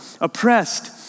oppressed